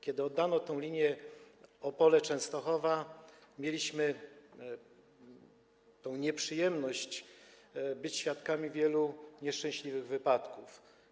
Kiedy oddano linię Opole - Częstochowa, mieliśmy nieprzyjemność być świadkami wielu nieszczęśliwych wypadków.